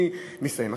אני מסיים.